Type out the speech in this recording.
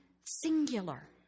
singular